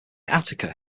attica